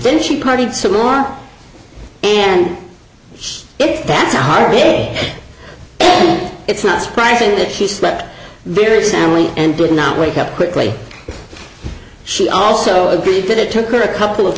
then she partied some more and if that's a hard day and it's not surprising that she slept very soundly and did not wake up quickly she also agreed that it took her a couple of